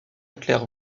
claire